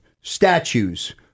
Statues